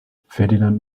ferdinand